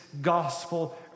gospel